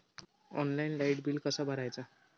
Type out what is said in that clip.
Online light bill कसा भरायचा?